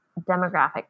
demographic